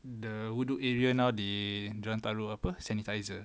the wuduk area now they dia orang taruh apa sanitizer